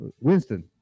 Winston